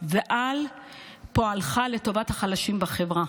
ועל פועלך לטובת החלשים בחברה.